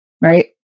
Right